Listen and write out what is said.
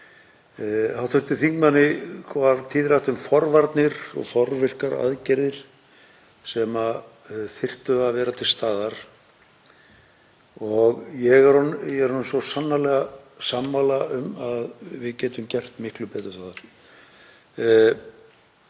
Hv. þingmanni varð tíðrætt um forvarnir og forvirkar aðgerðir sem þyrftu að vera til staðar og ég er svo sannarlega sammála því að við getum gert miklu betur þar.